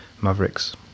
mavericks